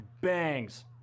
bangs